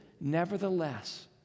nevertheless